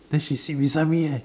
then she sit beside me eh